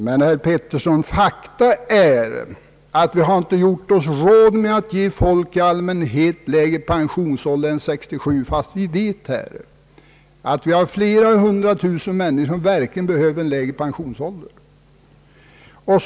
Men, herr Pettersson, faktum är att vi inte har ansett oss ha råd att genomföra en lägre pensionsålder än 67 år för folk i allmänhet, fastän vi vet att det är hundratusentals människor som verkligen behöver gå i pension vid en lägre ålder.